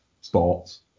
sports